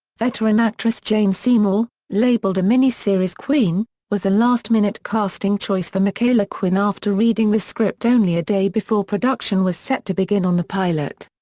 veteran actress jane seymour, labeled a mini-series queen, was a last-minute casting choice for michaela quinn after reading the script only a day before production was set to begin on the pilot.